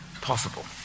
possible